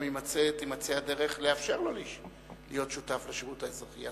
גם תימצא הדרך לאפשר לו להיות שותף לשירות האזרחי.